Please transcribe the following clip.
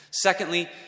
Secondly